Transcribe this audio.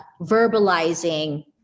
verbalizing